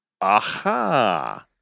Aha